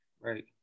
right